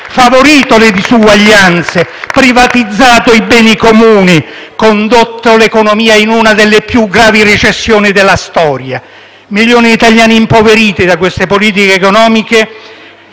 favorito le disuguaglianze, privatizzato i beni comuni e condotto l'economia in una delle più gravi recessioni della storia. Milioni di italiani, impoveriti da queste politiche economiche